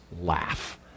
laugh